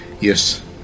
Yes